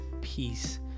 peace